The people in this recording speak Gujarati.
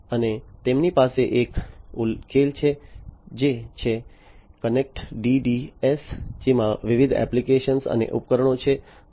અને તેમની પાસે એક ઉકેલ છે જે છે કનેક્ટ ડીડીએસ જેમાં વિવિધ એપ્લિકેશનો અને ઉપકરણો છે અને